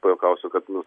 pajuokausiu kad nu